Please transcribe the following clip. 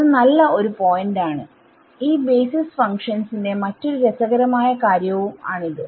അത് നല്ല ഒരു പോയിന്റ് ആണ് ഈ ബേസിസ് ഫങ്ക്ഷൻസ്ന്റെ മറ്റൊരു രസകരമായ കാര്യവും ആണിത്